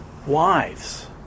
Wives